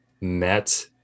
met